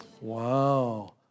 Wow